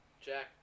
Jack